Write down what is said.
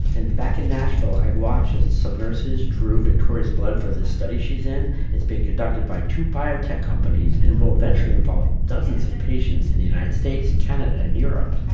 and back in nashville, i watched as some nurses drew victoria's blood for the study she's in. it's being conducted by two biotech companies and will eventually involve dozens of patients in the united states, canada and europe